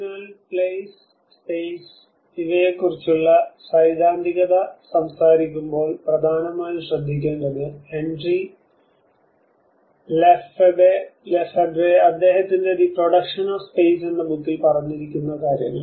അതിനാൽ place space ഇവയെ കുറിച്ചുള്ള സൈദ്ധാന്തികത സംസാരിക്കുമ്പോൾ പ്രധാനമായും ശ്രദ്ധിക്കേണ്ടത് ഹെൻറി ലെഫെബ്രെ അദ്ദേഹത്തിൻറെ ദി പ്രൊഡക്ഷൻ ഓഫ് സ്പേസ് എന്ന ബുക്കിൽ പറഞ്ഞിരിക്കുന്നത് കാര്യങ്ങൾ